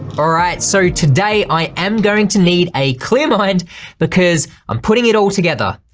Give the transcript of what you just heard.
all right, so today i am going to need a clear mind because i'm putting it all together.